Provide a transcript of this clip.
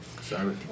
Sorry